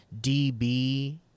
db